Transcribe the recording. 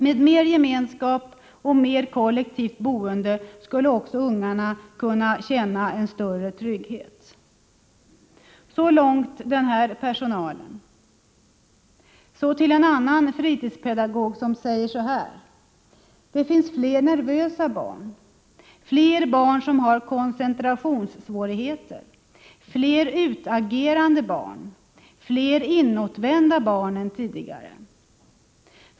Med mer gemenskap och mer kollektivt boende skulle också ungarna kunna känna en större trygghet. Så långt den här personalen. Så till en annan fritidspedagog, som säger så här: Det finns fler nervösa barn, fler barn som har koncentrationssvårigheter, fler utagerande barn, fler inåtvända barn än tidigare.